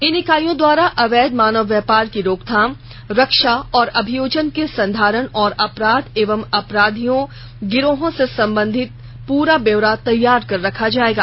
इन इकाईयों द्वारा अवैध मानव व्यापार की रोकथाम रक्षा और अभियोजन के संधारण तथा अपराध एवं अपराधियों गिरोहों से संबंधित पूरा ब्योरा तैयार कर रखा जाएगा